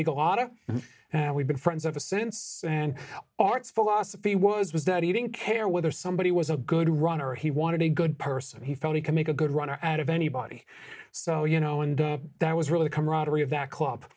y a lot of and we've been friends ever since art's philosophy was was that he didn't care whether somebody was a good runner or he wanted a good person he felt he could make a good runner out of anybody so you know and that was really the camaraderie of that club